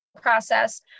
process